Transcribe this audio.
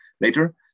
later